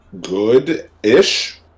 good-ish